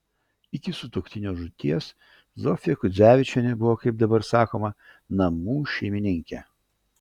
iki sutuoktinio žūties zofija kudzevičienė buvo kaip dabar sakoma namų šeimininkė